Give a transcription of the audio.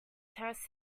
terence